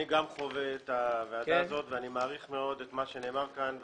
אני גם חווה את הוועדה הזאת ואני מעריך מאוד את מה שנאמר כאן.